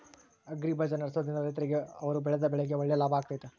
Agri bazaar ನಡೆಸ್ದೊರಿಂದ ರೈತರಿಗೆ ಅವರು ಬೆಳೆದ ಬೆಳೆಗೆ ಒಳ್ಳೆ ಲಾಭ ಆಗ್ತೈತಾ?